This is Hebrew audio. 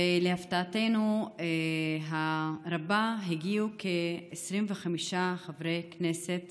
ולהפתעתנו הרבה, הגיעו כ-25 חברי כנסת